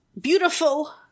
beautiful